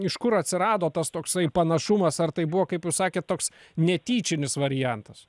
iš kur atsirado tas toksai panašumas ar tai buvo kaip sakėt toks netyčinis variantas